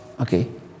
Okay